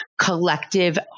collective